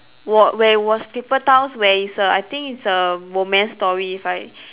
wa~ where was paper towns where it's a I think it's a romance story if I